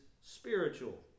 spiritual